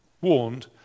warned